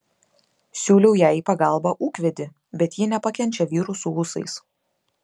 siūliau jai į pagalbą ūkvedį bet ji nepakenčia vyrų su ūsais